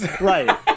Right